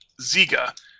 Ziga